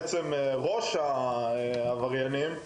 הראשי מבניהם,